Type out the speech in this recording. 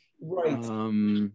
Right